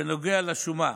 בנוגע לשומה: